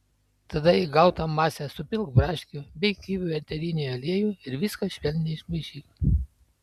tada į gautą masę supilk braškių bei kivių eterinį aliejų ir viską švelniai išmaišyk